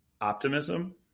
optimism